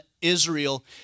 Israel